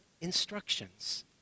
instructions